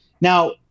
Now